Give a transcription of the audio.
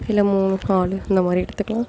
இல்லை மூணு நாலு இந்தமாதிரி எடுத்துக்கலாம்